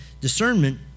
discernment